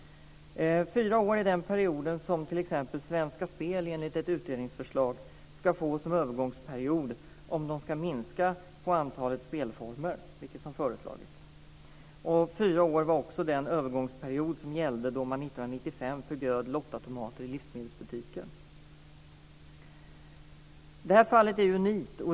Fyra år är den period som t.ex. Svenska Spel enligt ett utredningsförslag ska få som övergångsperiod om de ska minska på antalet spelformer, vilket har föreslagits. Fyra år var också den övergångsperiod som gällde då man år Det här fallet är unikt.